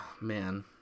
man